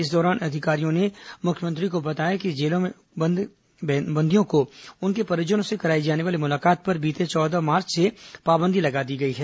इस दौरान अधिकारियों ने मुख्यमंत्री को बताया कि जेलों में बंदियों को उनके परिजनों से कराई जाने वाली मुलाकात पर बीते चौदह मार्च से पाबंदी लगा दी गई है